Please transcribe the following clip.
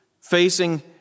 facing